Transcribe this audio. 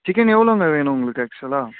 chicken எவ்வளவோங்க வேணும் உங்களுக்கு ஆக்ச்சுவல்லாக